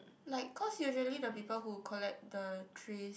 like cause usually the people who collect the trays